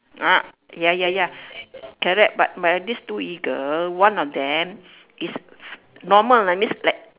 ah ya ya ya correct but my these two eagle one of them is normal like means that